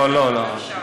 לא, לא.